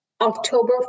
October